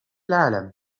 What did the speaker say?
العالم